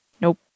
Nope